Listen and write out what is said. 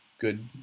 good